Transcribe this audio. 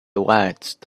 watched